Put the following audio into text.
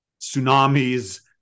tsunamis